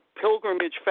pilgrimage